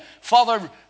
Father